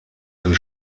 sind